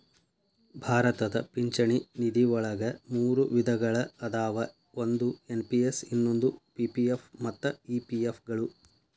ಭಾರತದ ಪಿಂಚಣಿ ನಿಧಿವಳಗ ಮೂರು ವಿಧಗಳ ಅದಾವ ಒಂದು ಎನ್.ಪಿ.ಎಸ್ ಇನ್ನೊಂದು ಪಿ.ಪಿ.ಎಫ್ ಮತ್ತ ಇ.ಪಿ.ಎಫ್ ಗಳು